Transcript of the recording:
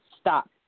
stop